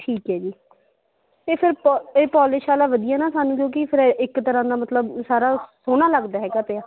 ਠੀਕ ਹੈ ਜੀ ਅਤੇ ਫਿਰ ਪੋ ਇਹ ਪੋਲਿਸ਼ ਵਾਲਾ ਵਧੀਆ ਨਾ ਸਾਨੂੰ ਕਿਉਂਕਿ ਫਿਰ ਇੱਕ ਤਰ੍ਹਾਂ ਦਾ ਮਤਲਬ ਸਾਰਾ ਸੋਹਣਾ ਲੱਗਦਾ ਹੈਗਾ ਪਿਆ